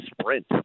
sprint